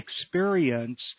experience